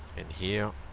in here